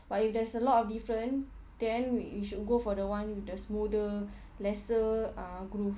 but if there's a lot of different then we we should go for the one with the smoother lesser ah grooves